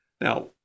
Now